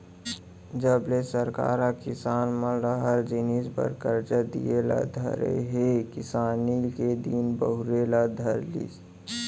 जब ले सरकार ह किसान मन ल हर जिनिस बर करजा दिये ल धरे हे किसानी के दिन बहुरे ल धर लिस